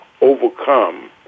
overcome